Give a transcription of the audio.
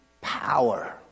power